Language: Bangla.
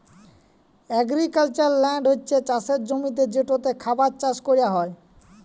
এগ্রিকালচারাল ল্যল্ড হছে চাষের জমি যেটতে খাবার চাষ ক্যরা হ্যয়